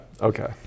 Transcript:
Okay